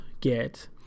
get